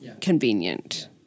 convenient